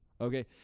Okay